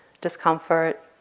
discomfort